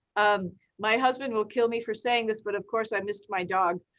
um my husband will kill me for saying this, but of course i missed my dog.